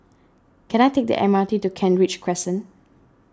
can I take the M R T to Kent Ridge Crescent